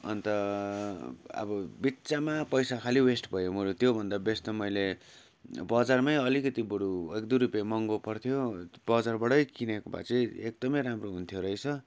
अन्त अब बिच्चामा पैसा खालि वेस्ट भयो बरू त्योभन्दा बेस्ट त मैले बजारमै अलिकति बरू एक दुई रुपियाँ महँगो पर्थ्यो बजारबाटै किनेको भए चाहिँ एकदमै राम्रो हुन्थ्यो रहेछ